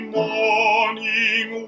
morning